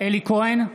אלי כהן,